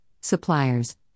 suppliers